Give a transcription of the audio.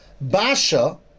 Basha